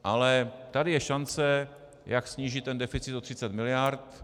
Ale tady je šance, jak snížit ten deficit o 30 miliard.